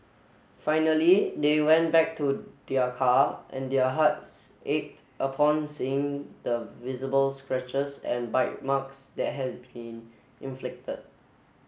finally they went back to their car and their hearts ached upon seeing the visible scratches and bite marks that had been inflicted